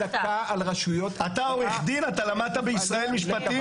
אתה למדת בישראל משפטים?